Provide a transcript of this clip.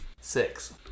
Six